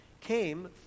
came